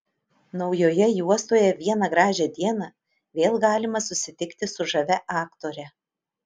naujoje juostoje vieną gražią dieną vėl galima susitikti su žavia aktore